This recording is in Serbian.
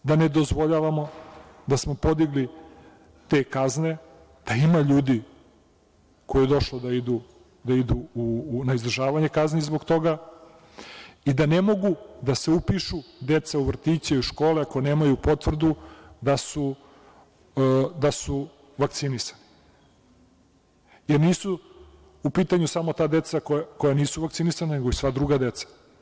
Da vas podsetim, da ne dozvoljavamo, da smo podigli te kazne da ima ljudi kojima je došlo da idu na izdržavanje kazni zbog toga i da ne mogu da se upišu deca u vrtiće i u škole ako nemaju potvrdu da su vakcinisana, jer nisu u pitanju samo ta deca koja nisu vakcinisana nego i sva druga deca.